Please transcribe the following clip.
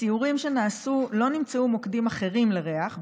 בסיורים שנעשו לא נמצאו מוקדים אחרים לריח,